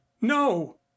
no